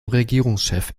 regierungschef